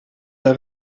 der